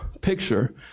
picture